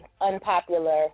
unpopular